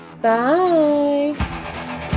Bye